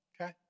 okay